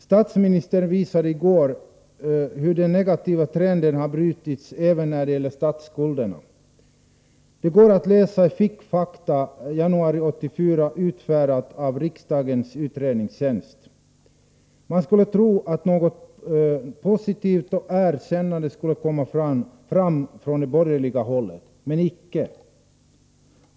Statsministern visade i går hur den negativa trenden har brutits även när det gäller statsskulderna. Det går att läsa i Fickfakta januari 1984, utfärdat av riksdagens utredningstjänst. Man skulle kunna tro att något positivt, ett erkännande, skulle kunna komma från det borgerliga hållet, men icke.